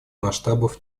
масштабов